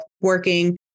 working